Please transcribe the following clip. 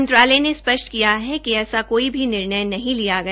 मंत्रालय ने स्पष्ट किया है कि ऐसा कोई भी निर्णय नहीं लिया गया